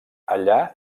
allà